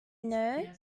know